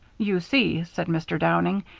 you see, said mr. downing,